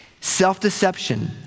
Self-deception